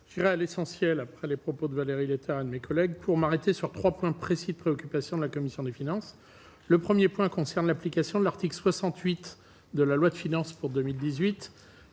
je l'essentiel après les propos de Valéry, l'état de mes collègues pour m'arrêter sur 3 points précis de préoccupations de la commission des finances, le 1er point concerne l'application de l'article 68 de la loi de finances pour 2018